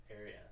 area